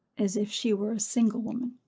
as if she were a single woman.